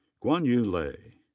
guanyu lai.